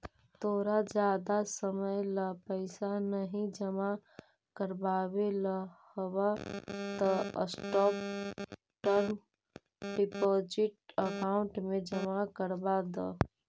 तोरा जादा समय ला पैसे नहीं जमा करवावे ला हव त शॉर्ट टर्म डिपॉजिट अकाउंट में जमा करवा द